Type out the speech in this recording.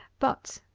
but,